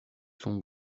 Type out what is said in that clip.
son